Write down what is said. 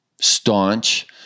staunch